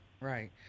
right